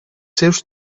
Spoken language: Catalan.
seus